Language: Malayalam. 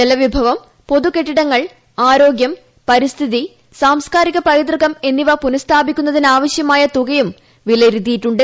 ജലവിഭവം പൊതുകെട്ടിടങ്ങൾ ആരോഗ്യം പരിസ്ഥിതി സാംസ ്കാരിക പൈതൃകം എന്നിവ പുനസ്ഥാപിക്കുന്നതിനാവശ്യമായ തുകയും വിലയിരുത്തിയിട്ടുണ്ട്